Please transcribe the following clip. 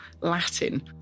Latin